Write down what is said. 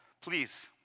please